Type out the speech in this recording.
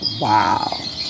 wow